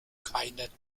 keiner